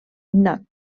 nat